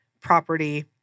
property